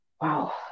wow